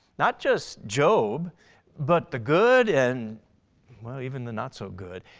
not just job but the good and well, even the not so good.